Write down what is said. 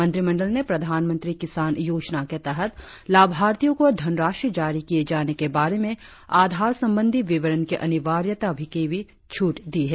मंत्रिमंडल ने प्रधानमंत्री किसान योजना के तहत लाभार्थियों को धनराशि जारी किए जाने के बारे में आधार संबंधी विवरण की अनिवार्यता में भी छूट दी है